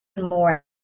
more